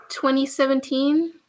2017